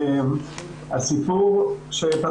אפילו בתוך הציונות הדתית יש הבדלים מאוד גדולים.